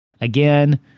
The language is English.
Again